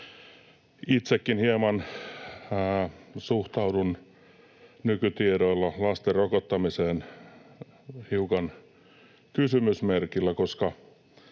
Itsekin suhtaudun nykytiedoilla lasten rokottamiseen hiukan kysymysmerkillä, koska